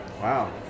Wow